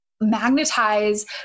magnetize